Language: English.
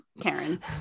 Karen